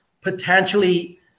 potentially